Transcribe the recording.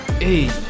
age